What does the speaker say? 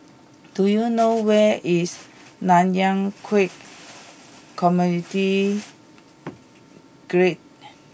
do you know where is Nanyang Khek Community Guild